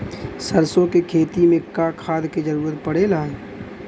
सरसो के खेती में का खाद क जरूरत पड़ेला?